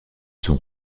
sont